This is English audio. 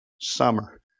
summer